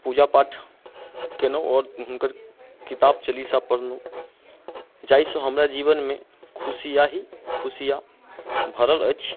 पूजा पाठ केलहुँ आओर हुनकर किताब चालीसा पढ़लहुँ जाहिसँ हमरा जीवनमे खुशियाँ खुशियाँ भरल अछि